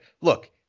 look